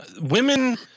Women